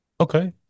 Okay